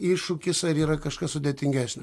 iššūkis ar yra kažkas sudėtingesnio